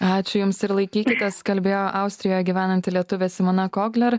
ačiū jums ir laikykitės kalbėjo austrijoj gyvenanti lietuvė simona kogler